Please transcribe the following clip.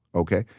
ok?